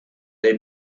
dei